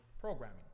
programming